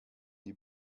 die